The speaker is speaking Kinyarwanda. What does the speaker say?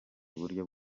buryo